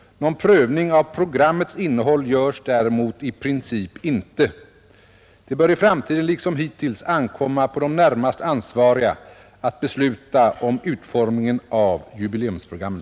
Någon prövning av programmets innehåll görs däremot i princip inte. Det bör i framtiden liksom hittills ankomma på de närmast ansvariga att besluta om utformningen av jubileumsprogrammen.